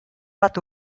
bat